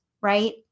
right